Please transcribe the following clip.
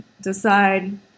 decide